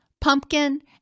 pumpkin